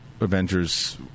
Avengers